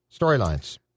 Storylines